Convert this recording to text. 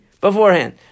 beforehand